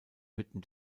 hütten